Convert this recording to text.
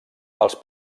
els